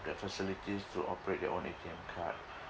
the facilities to operate their own A_T_M card